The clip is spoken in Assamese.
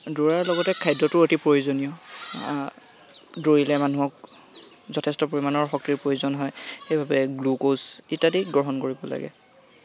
দৌৰাৰ লগতে খাদ্যটো অতি প্ৰয়োজনীয় দৌৰিলে মানুহক যথেষ্ট পৰিমাণৰ শক্তিৰ প্ৰয়োজন হয় সেইবাবে গ্লুকোজ ইত্যাদি গ্ৰহণ কৰিব লাগে